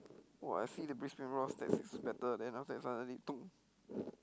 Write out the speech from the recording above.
!wah! I see the Brisbane-Roar stats is better then after that suddenly